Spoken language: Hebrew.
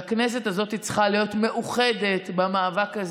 והכנסת הזאת צריכה להיות מאוחדת במאבק הזה,